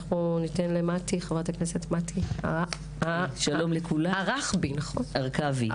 חה"כ מטי הרכבי, בבקשה.